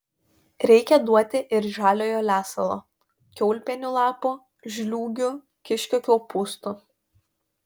reikia duoti ir žaliojo lesalo kiaulpienių lapų žliūgių kiškio kopūstų